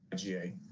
ga.